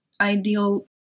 Ideal